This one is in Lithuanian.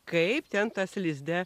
kaip ten tas lizde